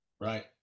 Right